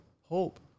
Hope